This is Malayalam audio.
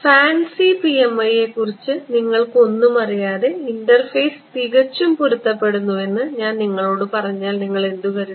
ഫാൻസി PMI യെക്കുറിച്ച് നിങ്ങൾക്ക് ഒന്നും അറിയാതെ ഇന്റർഫേസ് തികച്ചും പൊരുത്തപ്പെടുന്നുവെന്ന് ഞാൻ നിങ്ങളോട് പറഞ്ഞാൽ നിങ്ങൾ എന്തു കരുതും